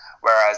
Whereas